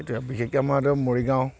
এতিয়া বিশেষকৈ আমাৰ এতিয়া মৰিগাঁও